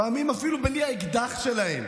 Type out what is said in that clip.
לפעמים אפילו בלי האקדח שלהם,